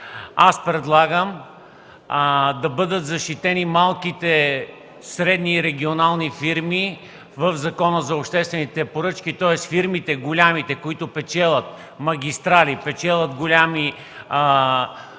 Аз предлагам да бъдат защитени малките, средни и регионални фирми в Закона за обществените поръчки. Тоест големите фирми, които печелят магистрали, печелят големи